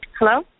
Hello